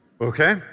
okay